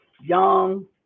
young